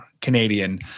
Canadian